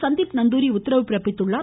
சந்தீப் நந்தூரி உத்தரவு பிறப்பித்துள்ளார்